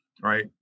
right